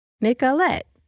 Nicolette